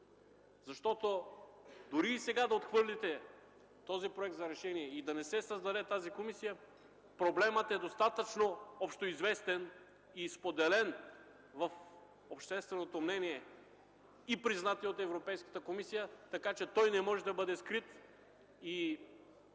Защото дори сега да отхвърлите този проект за решение и да не се създаде тази комисия, проблемът е достатъчно общоизвестен и споделен в общественото мнение, той е признат и от Европейската комисия, така че той не може да бъде скрит.